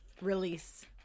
release